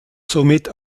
somit